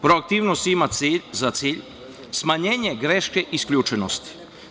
Proaktivnost ima za cilj smanjenje greške isključenosti.